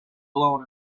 blown